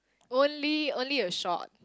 only only a short